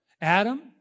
Adam